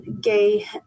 gay